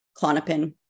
clonopin